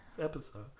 episode